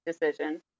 decision